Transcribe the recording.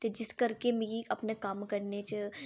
ते जिस करके मिगी अपने कम्म करने च